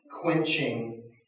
quenching